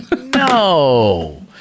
No